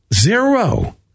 Zero